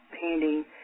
painting